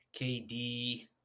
KD